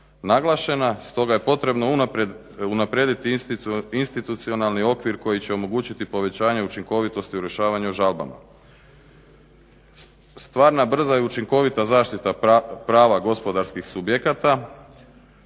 naglašena stoga je potrebno unaprijediti institucionalni okvir koji će omogućiti povećanje učinkovitosti u rješavanju žalbama. Stvarna, brza i učinkovita zaštita prava gospodarskih subjekata